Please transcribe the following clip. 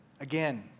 again